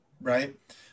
Right